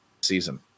season